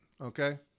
okay